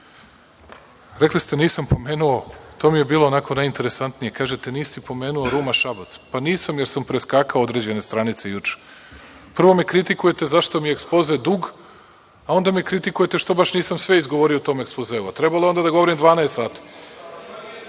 toga. Rekli ste da nisam pomenuo, to mi je bilo onako najinteresantnije, kažete – nisi pomenuo „Ruma“ Šabac. Pa, nisam jer sam preskakao određene stranice juče. Prvo me kritikujete zašto mi je ekspoze dug, a onda me kritikujete što baš nisam sve izgovorio u tom ekspozeu. Trebalo je onda da govorim 12 sati.